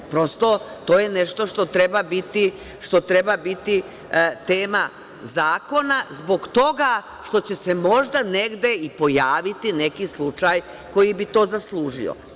Prosto, to je nešto što treba biti tema zakona, zbog toga što će se možda negde i pojaviti neki slučaj koji bi to zaslužio.